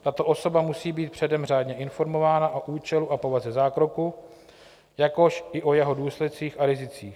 Tato osoba musí být předem řádně informována o účelu a povaze zákroku, jakož i o jeho důsledcích a rizicích.